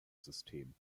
system